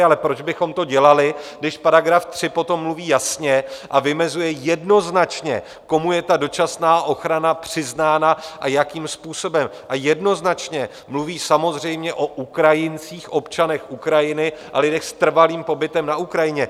Ale proč bychom to dělali, když § 3 potom mluví jasně a vymezuje jednoznačně, komu je ta dočasná ochrana přiznána a jakým způsobem, a jednoznačně mluví samozřejmě o Ukrajincích, občanech Ukrajiny a lidech s trvalým pobytem na Ukrajině?